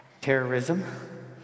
terrorism